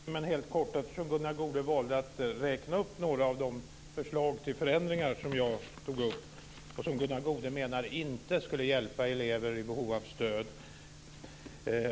Fru talman! Trots den sena timmen vill jag helt kort bemöta Gunnar Goude, eftersom han valde att räkna upp några av de förslag till förändringar som jag tog upp, men som Gunnar Goude menar inte skulle hjälpa elever i behov av stöd.